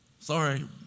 Sorry